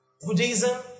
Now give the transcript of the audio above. Buddhism